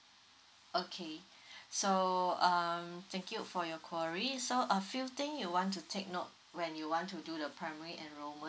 okay so um thank you for your query so a few thing you want to take note when you want to do the primary enrolment